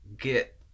get